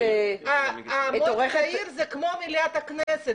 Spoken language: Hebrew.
את לא מצביעה במליאת הכנסת